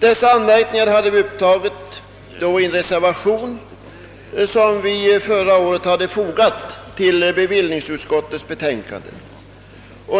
Dessa anmärkningar hade vi upptagit i en reservation, som vi förra året hade fogat till bevillningsutskottets betänkande.